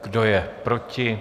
Kdo je proti?